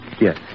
Yes